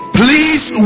please